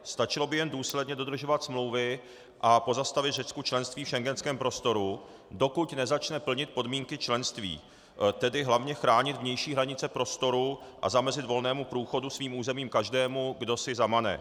Stačilo by jen důsledně dodržovat smlouvy a pozastavit Řecku členství v schengenském prostoru, dokud nezačne plnit podmínky členství, tedy hlavně chránit vnější hranice prostoru a zamezit volnému průchodu svým územím každému, kdo si zamane.